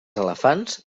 elefants